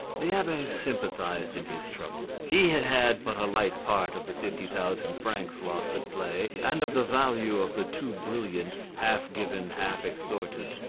the abbe sympathised in his trouble he had had but a light part of the fifty thousand francs lost at play and of the value of the two brilliants, half given, half extorted.